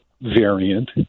variant